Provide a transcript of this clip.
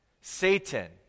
Satan